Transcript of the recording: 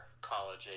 college